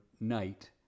night